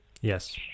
Yes